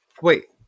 Wait